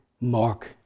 mark